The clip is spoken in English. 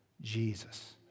Jesus